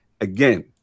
again